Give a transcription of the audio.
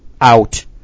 out